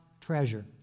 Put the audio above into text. treasure